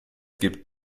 gibt